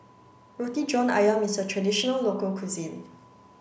Roti John Ayam is a traditional local cuisine